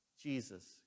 Jesus